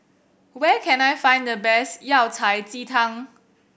where can I find the best Yao Cai ji tang